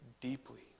deeply